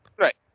right